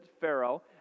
Pharaoh